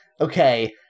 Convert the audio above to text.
okay